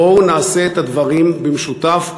בואו נעשה את הדברים במשותף,